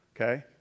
Okay